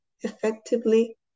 effectively